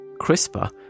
CRISPR